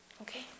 Okay